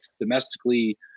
domestically